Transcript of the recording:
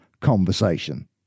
conversation